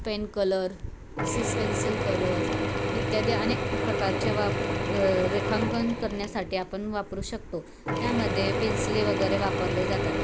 pen colour सिसपेन्सिल colour इत्यादी अनेक प्रकारचे वाप रेखांकन करण्यासाठी आपण वापरू शकतो त्यामध्ये पेन्सिली वगैरे वापरले जातात